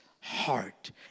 heart